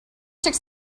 ticks